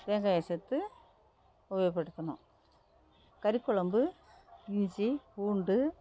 தேங்காயை சேர்த்து உபயோகப்படுத்தணும் கறிக்குழம்பு இஞ்சி பூண்டு